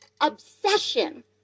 obsession